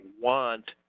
want